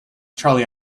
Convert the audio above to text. charlie